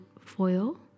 foil